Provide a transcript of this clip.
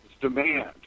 demand